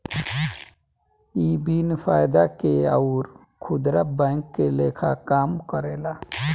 इ बिन फायदा के अउर खुदरा बैंक के लेखा काम करेला